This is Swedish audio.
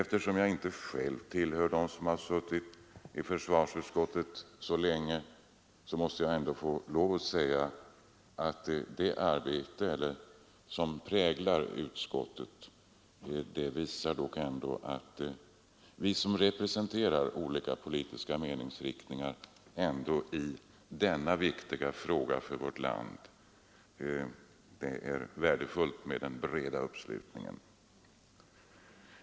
Jag har inte suttit i försvarsutskottet så länge, men jag måste ändå säga att det arbete som utskottet nedlagt visar att vi representanter för olika politiska meningsriktningar i denna för vårt land viktiga fråga ändå kan åstadkomma en bred uppslutning.